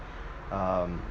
um